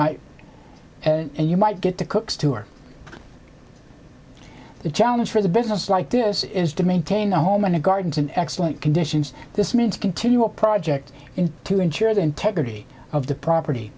might and you might get to cook's tour the challenge for the business like this is to maintain a home and gardens an excellent conditions this means continue a project in to ensure the integrity of the property